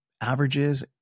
averages